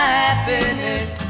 happiness